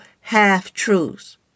half-truths